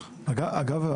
אגב,